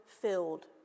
filled